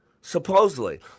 supposedly